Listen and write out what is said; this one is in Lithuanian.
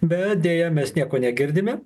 bet deja mes nieko negirdime